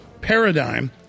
paradigm